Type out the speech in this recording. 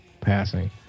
passing